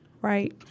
Right